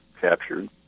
captured